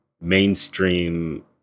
mainstream